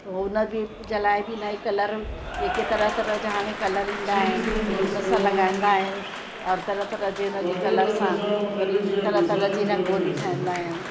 उहो हुन बि जे लाइ बि इलाही कलर जेके तरह तरह जा हाणे कलर ईंदा आहिनि उन सां लॻाईंदा आहियूं और तरह तरह जी उन जे कलर सां वरी तरह तरह जी रंगोली ठाहींदा आहियूं